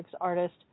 artist